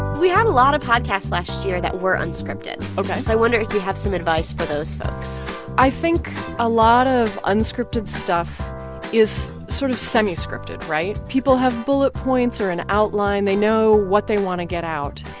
we had a lot of podcasts last year that were unscripted ok so i wonder if you have some advice for those folks i think a lot of unscripted stuff is sort of semi-scripted, right? people have bullet points or an outline. they know what they want to get out.